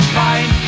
fine